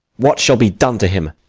what shall be done to him?